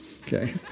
Okay